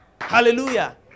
Hallelujah